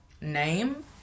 name